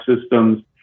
systems